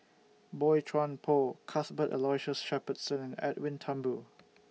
Boey Chuan Poh Cuthbert Aloysius Shepherdson and Edwin Thumboo